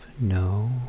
No